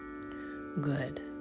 Good